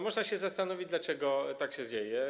Można się zastanowić, dlaczego tak się dzieje.